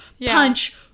punch